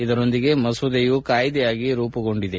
ಇದರೊಂದಿಗೆ ಮಸೂದೆಯೂ ಕಾಯಿದೆಯಾಗಿ ರೂಪುಗೊಂಡಿದೆ